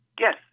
Yes